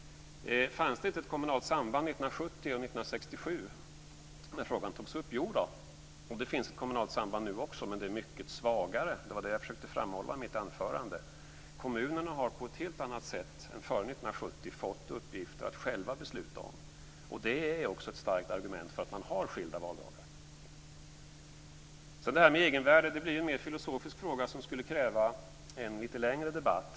Fanns det inte ett kommunalt samband 1970 och 1967 när frågan togs upp? Jo då, och det finns ett kommunalt samband nu också, men det är mycket svagare. Det var det som jag försökte framhålla i mitt anförande. Kommunerna har på ett helt annat sätt än före 1970 fått uppgifter att själva besluta om. Detta är också ett starkt argument för att ha skilda valdagar. Egenvärdet blir en mer filosofisk fråga, som skulle kräva en lite längre debatt.